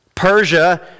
Persia